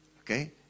Okay